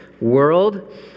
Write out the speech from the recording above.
world